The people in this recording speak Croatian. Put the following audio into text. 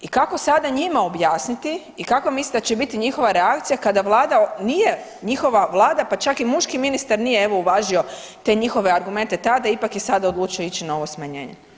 I kako sada njima objasniti i kakva mislite da će biti njihova reakcija kada Vlada nije njihova vlada pa čak u muški ministar nije evo uvažio te njihove argumente tada, ipak je sada odlučio ići na ovo smanjenje.